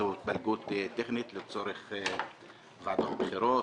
זו התפלגות טכנית לצורך ועדת הבחירות,